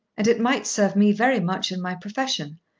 and it might serve me very much in my profession.